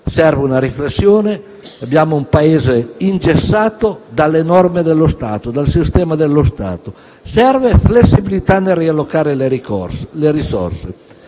Serve una riflessione; abbiamo un Paese ingessato dalle norme dello Stato, dal sistema dello Stato. Serve flessibilità nel riallocare le risorse.